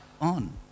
on